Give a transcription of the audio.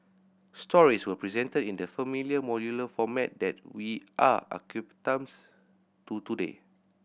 stories were presented in the familiar modular format that we are accustomed to today